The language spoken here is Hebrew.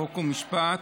חוק ומשפט,